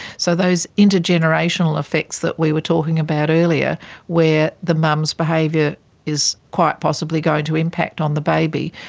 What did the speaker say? so those intergenerational effects that we were talking about earlier where the mum's behaviour is quite possibly going to impact on the baby,